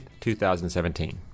2017